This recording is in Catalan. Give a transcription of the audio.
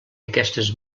aquestes